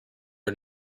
are